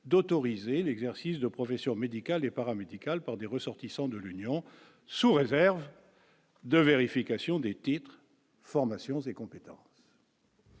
d'autoriser l'exercice de professions médicales et paramédicales par des ressortissants de l'Union, sous réserve de vérification des tirs formation ses compétences.